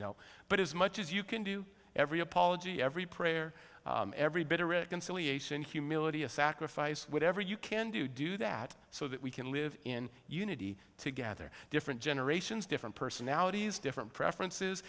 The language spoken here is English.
no but as much as you can do every apology every prayer every bit of reconciliation humility a sacrifice whatever you can do do that so that we can live in unity together different generations different personalities different preferences